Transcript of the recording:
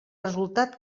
resultat